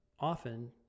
Often